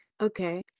Okay